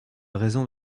raisons